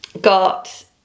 got